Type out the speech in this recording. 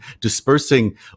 dispersing